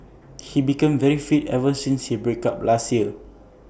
he became very fit ever since his break up last year